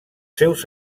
seus